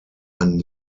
ein